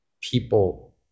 people